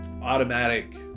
automatic